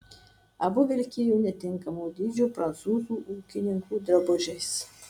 abu vilkėjo netinkamo dydžio prancūzų ūkininkų drabužiais